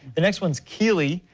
the next one is keeley.